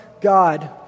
God